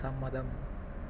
സമ്മതം